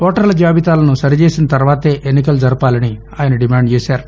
ఓటర్ల జాబితాలను సరిచేసిన తర్వాతే ఎన్నికలు జరపాలని ఆయన డిమాండ్ చేశారు